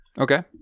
Okay